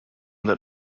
that